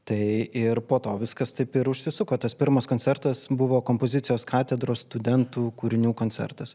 tai ir po to viskas taip ir užsisuko tas pirmas koncertas buvo kompozicijos katedros studentų kūrinių koncertas